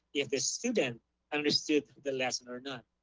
if the student understood the lesson or not,